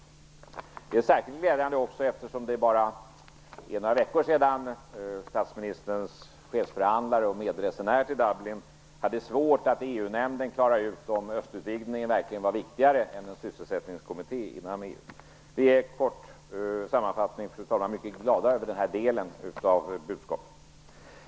Det är också särskilt glädjande eftersom det bara är några veckor sedan statsministerns chefsförhandlare och medresenär till Dublin hade svårt att i EU-nämnden klara ut om östutvidgningen verkligen var viktigare än en sysselsättningskommitté inom EU. Vi är i kort sammanfattning, fru talman, mycket glada över den här delen av budskapet.